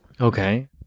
Okay